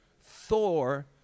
Thor